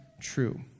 true